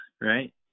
right